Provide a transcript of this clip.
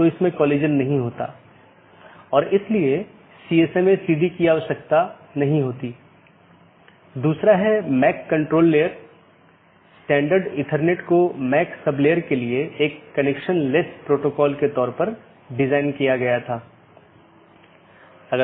इसका मतलब है कि मार्ग इन कई AS द्वारा परिभाषित है जोकि AS की विशेषता सेट द्वारा परिभाषित किया जाता है और इस विशेषता मूल्यों का उपयोग दिए गए AS की नीति के आधार पर इष्टतम पथ खोजने के लिए किया जाता है